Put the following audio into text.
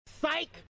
Psych